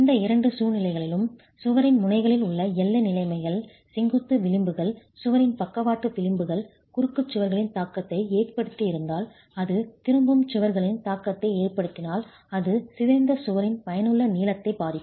இந்த இரண்டு சூழ்நிலைகளிலும் சுவரின் முனைகளில் உள்ள எல்லை நிலைமைகள் செங்குத்து விளிம்புகள் சுவரின் பக்கவாட்டு விளிம்புகள் குறுக்கு சுவர்களின் தாக்கத்தை ஏற்படுத்தியிருந்தால் அது திரும்பும் சுவர்களின் தாக்கத்தை ஏற்படுத்தினால் அது சிதைந்த சுவரின் பயனுள்ள நீளத்தை பாதிக்கும்